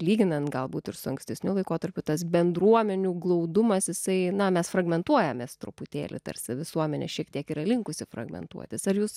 lyginant galbūt ir su ankstesniu laikotarpiu tas bendruomenių glaudumas jisai na mes fragmentuojamės truputėlį tarsi visuomenė šiek tiek yra linkusi fragmentuotis ar jūs